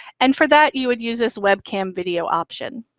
and for that, you would use this webcam video option.